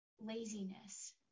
Laziness